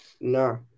No